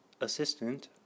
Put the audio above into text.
Assistant